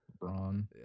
LeBron